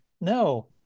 no